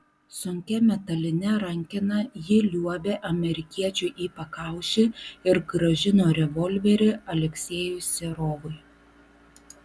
sunkia metaline rankena ji liuobė amerikiečiui į pakaušį ir grąžino revolverį aleksejui serovui